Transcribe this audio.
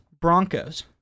Broncos